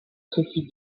sophie